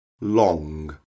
long